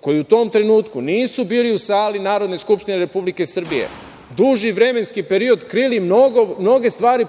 koji u tom trenutku nisu bili u sali Narodne skupštine Republike Srbije duži vremenski period krili mnoge stvari